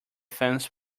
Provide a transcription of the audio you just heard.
fence